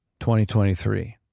2023